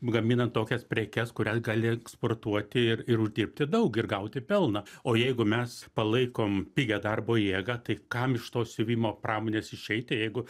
gaminant tokias prekes kurias gali eksportuoti ir ir uždirbti daug ir gauti pelną o jeigu mes palaikom pigią darbo jėgą tai kam iš tos siuvimo pramonės išeiti jeigu